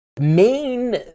main